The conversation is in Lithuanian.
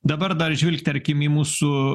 dabar dar žvilgterkim į mūsų